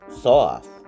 soft